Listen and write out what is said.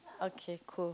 okay cool